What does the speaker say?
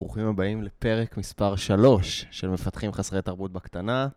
ברוכים הבאים לפרק מספר 3 של מפתחים חסרי תרבות בקטנה.